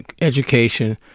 education